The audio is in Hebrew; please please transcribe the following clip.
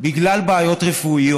בגלל בעיות רפואיות.